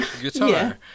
guitar